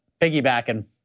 piggybacking